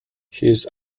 his